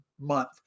month